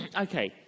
Okay